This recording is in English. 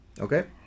Okay